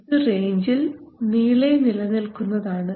ഇത് റേഞ്ചിൽ നീളെ നിലനിൽക്കുന്നതാണ്